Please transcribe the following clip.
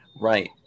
Right